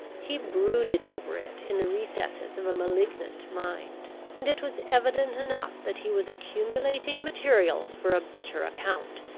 he brooded over it in the recesses of a malignant mind and it was evident enough that he was accumulating materials for a bitter account,